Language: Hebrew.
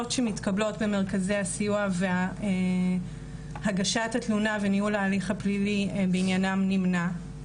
שמתקבלות במרכזי הסיוע והגשת התלונה וניהול ההליך הפלילי בעניינם נמנע,